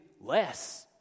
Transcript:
less